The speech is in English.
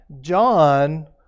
John